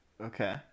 okay